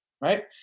right